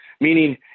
meaning